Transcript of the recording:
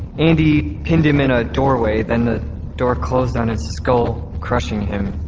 andi pinned him in a doorway, then the door closed on his skull, crushing him.